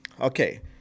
okay